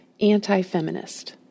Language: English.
anti-feminist